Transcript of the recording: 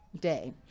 day